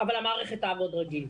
אבל המערכת תעבוד רגיל.